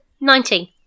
Nineteen